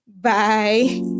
Bye